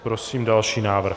Prosím další návrh.